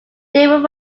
david